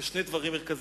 בשני דברים מרכזיים: